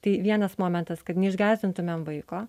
tai vienas momentas kad neišgąsdintumėm vaiko